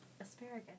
Asparagus